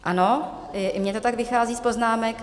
Ano, i mně to tak vychází z poznámek.